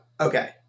okay